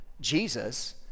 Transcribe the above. Jesus